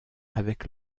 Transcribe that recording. avec